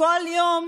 כל יום